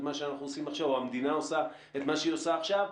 מה שאנחנו עושים עכשיו או המדינה עושה את מה שהיא עושה עכשיו,